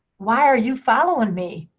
why are you following me?